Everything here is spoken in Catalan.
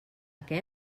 què